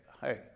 hey